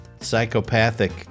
psychopathic